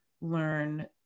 learn